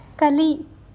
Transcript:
ಕಲಿ